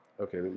okay